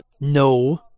No